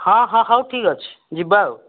ହଁ ହଁ ହଉ ଠିକ୍ ଅଛି ଯିବା ଆଉ